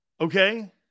Okay